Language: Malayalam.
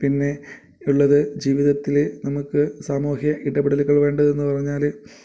പിന്നെ ഉളളത് ജീവിതത്തിലെ നമുക്ക് സാമൂഹിക ഇടപെടലുകൾ വേണ്ടതെന്നു പറഞ്ഞാൽ